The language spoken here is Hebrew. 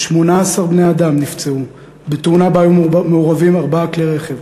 ו-18 בני-אדם נפצעו בתאונה שבה היו מעורבים ארבעה כלי רכב.